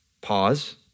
Pause